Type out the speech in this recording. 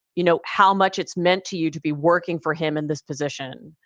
you know, how much it's meant to you to be working for him in this position,